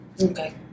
Okay